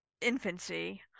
infancy